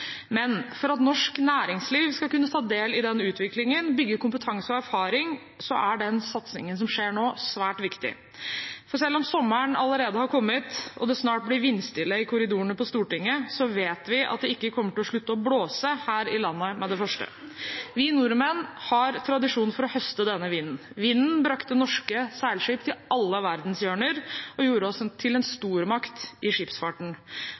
Men for at norsk næringsliv skal kunne ta del i utviklingen og bygge kompetanse og erfaring, er den satsingen som skjer nå, svært viktig. For selv om sommeren allerede har kommet, og det snart blir vindstille i korridorene på Stortinget, vet vi at det ikke kommer til å slutte å blåse her i landet med det første. Vi nordmenn har tradisjon for å høste denne vinden. Vinden brakte norske seilskip til alle verdenshjørner og gjorde oss til en stormakt i skipsfarten.